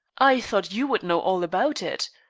i thought you would know all about it.